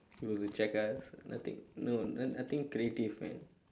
they will check us nothing no nothing creative man